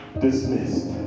dismissed